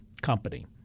company